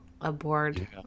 Aboard